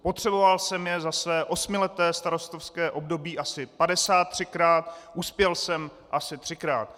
Potřeboval jsem je za své osmileté starostovské období asi 53krát, uspěl jsem asi třikrát.